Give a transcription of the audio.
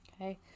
Okay